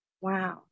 wow